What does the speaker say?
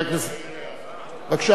תודה